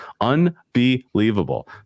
Unbelievable